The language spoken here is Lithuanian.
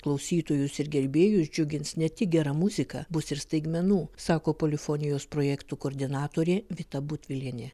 klausytojus ir gerbėjus džiugins ne tik gera muzika bus ir staigmenų sako polifonijos projektų koordinatorė vita butvilienė